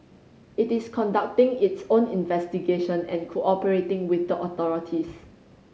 it is conducting its own investigation and cooperating with the authorities